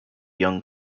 young